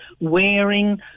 wearing